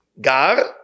gar